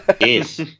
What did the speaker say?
Yes